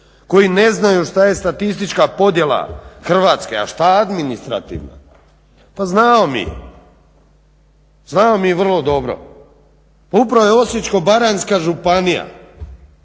koji ne znaju šta je statistička podjela Hrvatske, a šta administrativna. Pa znamo mi, znamo mi jako dobro pa upravo je Osječko-baranjska županija,